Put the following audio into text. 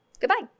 Goodbye